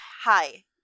hi